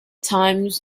times